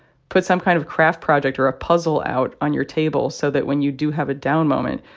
put some kind of craft project or a puzzle out on your table so that when you do have a down moment,